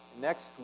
Next